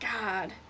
God